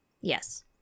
yes